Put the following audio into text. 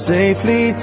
Safely